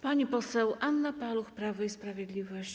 Pani poseł Anna Paluch, Prawo i Sprawiedliwość.